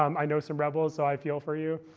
um i know some rebels, so i feel for you.